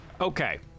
Okay